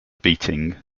beating